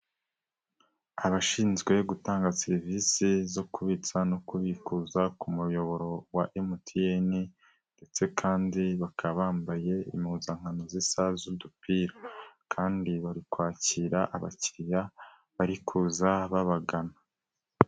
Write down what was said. Abashinzwe gutanga serivisi zo kubitsa no kubikuza ku muyoboro wa MTN ndetse kandi bakaba bambaye impuzankano zisa z'udupira kandi bari kwakira abakiriya bari kuza babagana.